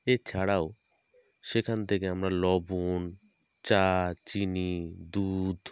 এছাড়াও সেখান থেকে আমরা লবণ চা চিনি দুধ